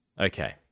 Okay